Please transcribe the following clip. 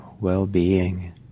well-being